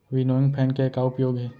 Winnowing fan के का उपयोग हे?